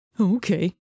Okay